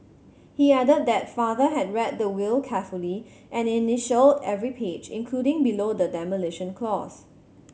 he added that father had read the will carefully and initialled every page including below the demolition clause